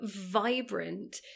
vibrant